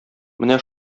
менә